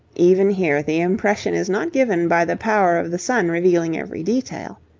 even here the impression is not given by the power of the sun revealing every detail.